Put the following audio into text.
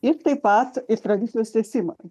ir taip pat ir tradicijos tęsimą